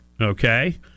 okay